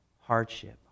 hardship